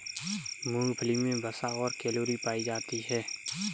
मूंगफली मे वसा और कैलोरी पायी जाती है